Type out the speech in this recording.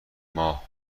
ماه